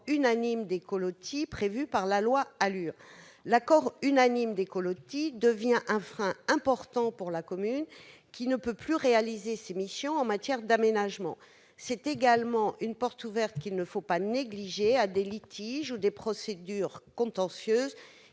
unanime des colotis prévu par la loi ALUR. L'accord unanime des colotis devient un frein important pour la commune, qui ne peut plus réaliser ses missions en matière d'aménagement. C'est également, il ne faut pas le négliger, une porte ouverte à des litiges ou à des procédures contentieuses,